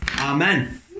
amen